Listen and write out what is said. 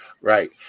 Right